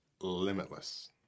limitless